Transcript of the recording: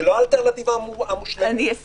כמו דמוקרטיה.